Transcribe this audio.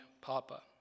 Papa